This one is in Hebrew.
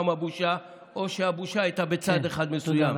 בושה או שהבושה הייתה בצד אחד מסוים.